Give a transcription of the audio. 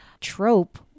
trope